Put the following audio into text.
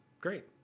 great